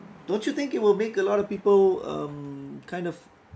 don't you think it will make a lot of people um kind of